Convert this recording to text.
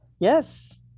Yes